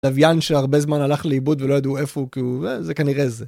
לווין שהרבה זמן הלך לאיבוד ולא ידעו איפה הוא, כי הוא... זה... זה כנראה זה.